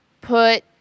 put